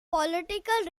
political